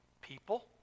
people